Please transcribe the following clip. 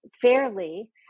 fairly